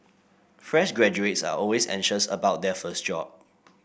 fresh graduates are always anxious about their first job